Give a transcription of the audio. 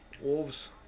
Wolves